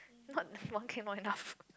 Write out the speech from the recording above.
not one cake not enough